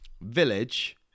village